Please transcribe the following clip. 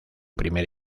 primer